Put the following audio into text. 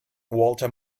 walter